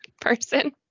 person